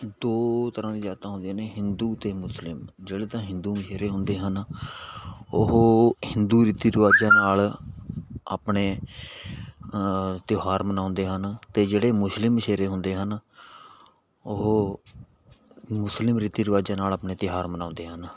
ਦੋ ਤਰ੍ਹਾਂ ਦੀਆਂ ਜਾਤਾਂ ਹੁੰਦੀਆਂ ਨੇ ਹਿੰਦੂ ਅਤੇ ਮੁਸਲਿਮ ਜਿਹੜੇ ਤਾਂ ਹਿੰਦੂ ਮਛੇਰੇ ਹੁੰਦੇ ਹਨ ਉਹ ਹਿੰਦੂ ਰੀਤੀ ਰਿਵਾਜ਼ਾਂ ਨਾਲ ਆਪਣੇ ਤਿਉਹਾਰ ਮਨਾਉਂਦੇ ਹਨ ਅਤੇ ਜਿਹੜੇ ਮੁਸਲਿਮ ਮਛੇਰੇ ਹੁੰਦੇ ਹਨ ਉਹ ਮੁਸਲਿਮ ਰੀਤੀ ਰਿਵਾਜ਼ਾਂ ਨਾਲ ਆਪਣੇ ਤਿਉਹਾਰ ਮਨਾਉਂਦੇ ਹਨ